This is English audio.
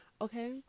Okay